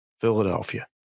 Philadelphia